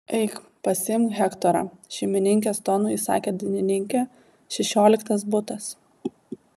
eik pasiimk hektorą šeimininkės tonu įsakė dainininkė šešioliktas butas